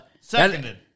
seconded